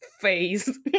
face